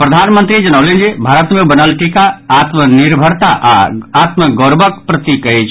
प्रधानमंत्री जनौलनि जे भारत मे बनल टीका आत्मनिर्भरता आ आत्मगौरवक प्रतीक अछि